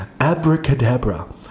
abracadabra